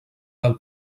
del